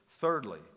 Thirdly